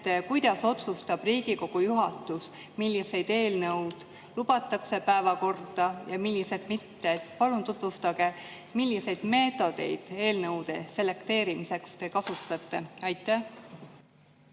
kuidas otsustab Riigikogu juhatus, millised eelnõud lubatakse päevakorda ja millised mitte. Palun tutvustage, milliseid meetodeid eelnõude selekteerimiseks te kasutate. Aitäh,